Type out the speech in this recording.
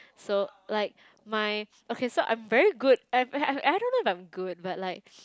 so like my okay so I'm very good I'm~ I don't know if I'm good but like